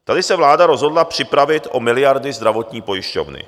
Tady se vláda rozhodla připravit o miliardy zdravotní pojišťovny.